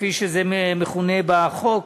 כפי שזה מכונה בחוק,